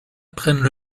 prennent